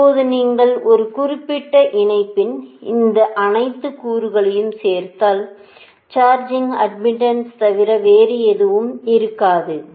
இப்போது நீங்கள் ஒரு குறிப்பிட்ட இணைப்பில் இந்த அனைத்து கூறுகளையும் சேர்த்தால் சார்ஜிங் அட்மிட்டன்ஸ் தவிர வேறு எதுவும் இருக்காது